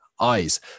Eyes